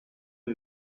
宣誓